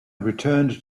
returned